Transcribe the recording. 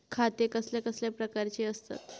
खाते कसल्या कसल्या प्रकारची असतत?